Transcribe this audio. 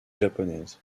japonaise